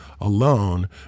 alone